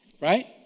Right